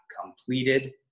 completed